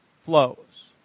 flows